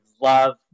love